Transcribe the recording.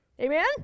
Amen